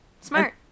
Smart